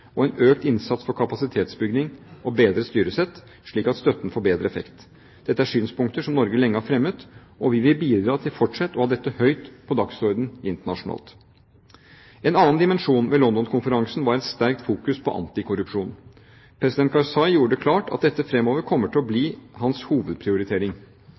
og en økt innsats for kapasitetsbygging og bedret styresett, slik at støtten får bedre effekt. Dette er synspunkter som Norge lenge har fremmet, og vi vil bidra til fortsatt å ha dette høyt på dagsordenen internasjonalt. En annen dimensjon ved London-konferansen var et sterkt fokus på antikorrupsjon. President Karzai gjorde det klart at dette fremover kommer til å bli hans hovedprioritering.